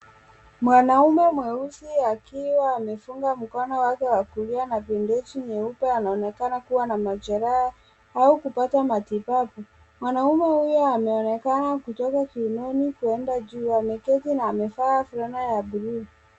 Mwanaume mweusi akiwa amefunga mkono wake wa kulia na bendeji nyeupe anaonekana kuwa na majeraha au kupata matibabu. Mwanaume huyo ameonekana kutoka kiunoni kwenda juu. Ameketi na amevaa fulana ya buluu.